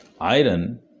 iron